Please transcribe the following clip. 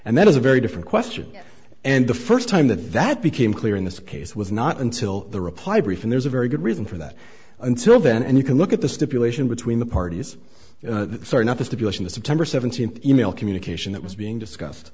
and that is a very different question and the first time that that became clear in this case was not until the reply brief and there's a very good reason for that until then and you can look at the stipulation between the parties not the stipulation the september seventeenth e mail communication that was being discussed